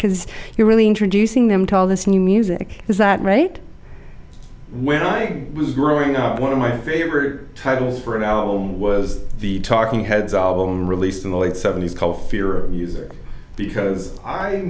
because you're really introducing them to all this new music is that right when i was growing up one of my favorite titles for an album was the talking heads album released in the late seventies called fear of music because i